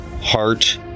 heart